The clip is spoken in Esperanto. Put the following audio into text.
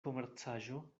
komercaĵo